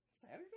Saturday